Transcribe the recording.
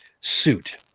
suit